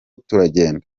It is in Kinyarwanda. turagenda